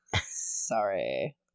sorry